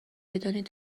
بدانید